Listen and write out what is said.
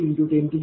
3388 0